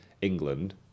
England